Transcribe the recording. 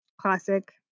Classic